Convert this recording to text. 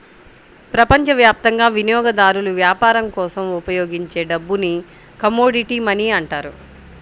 ప్రపంచవ్యాప్తంగా వినియోగదారులు వ్యాపారం కోసం ఉపయోగించే డబ్బుని కమోడిటీ మనీ అంటారు